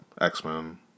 X-Men